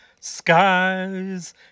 skies